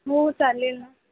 हो चालेल ना